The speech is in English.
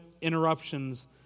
interruptions